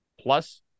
Plus